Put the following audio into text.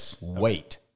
wait